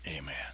Amen